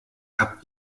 habt